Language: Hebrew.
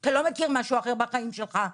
אתה לא מכיר משהו אחר בחיים שלך.